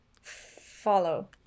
Follow